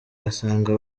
asanga